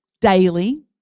daily